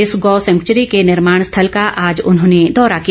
इस गौ सैंक्वूरी के निर्माण स्थल का आज उन्होंने दौरा किया